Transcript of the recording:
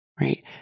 right